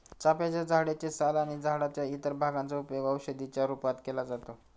चाफ्याच्या झाडे चे साल आणि झाडाच्या इतर भागांचा उपयोग औषधी च्या रूपात केला जातो